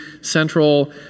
Central